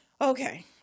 Okay